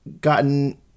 gotten